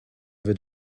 wird